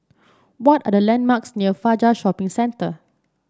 what are the landmarks near Fajar Shopping Centre